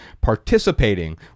participating